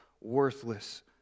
worthless